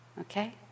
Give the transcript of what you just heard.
Okay